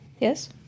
Yes